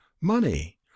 Money